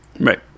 Right